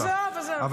עזוב, עזוב.